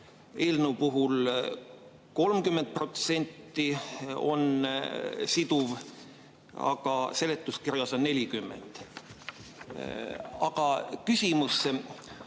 eelnõu puhul on 30% siduv, aga seletuskirjas on 40.